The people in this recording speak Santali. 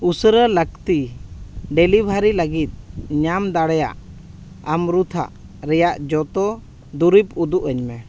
ᱩᱥᱟᱹᱨᱟ ᱞᱟᱹᱠᱛᱤ ᱰᱮᱞᱤᱵᱷᱟᱨᱤ ᱞᱟᱹᱜᱤᱫ ᱧᱟᱢ ᱫᱟᱲᱮᱭᱟᱜ ᱟᱢᱨᱩᱛᱷᱟ ᱨᱮᱭᱟᱜ ᱡᱷᱚᱛᱚ ᱫᱩᱨᱤᱵ ᱩᱫᱩᱜ ᱟᱹᱧ ᱢᱮ